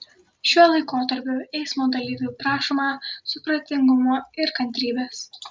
šiuo laikotarpiu eismo dalyvių prašoma supratingumo ir kantrybės